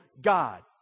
God